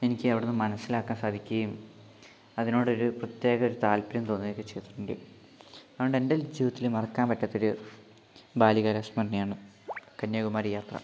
എനിക്ക് അവിടുന്ന് മനസ്സിലാക്കാൻ സാധിക്കുകയും അതിനോടൊര് പ്രത്യേക ഒരു താത്പര്യം തോന്നുകയുമൊക്കെ ചെയ്തിട്ടുണ്ട് അതോണ്ടെൻ്റെ ജീവിതത്തില് മറക്കാൻ പറ്റാത്തൊരു ബാല്യകാല സ്മരണയാണ് കന്യാകുമാരി യാത്ര